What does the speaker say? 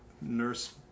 nurse